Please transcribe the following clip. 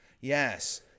yes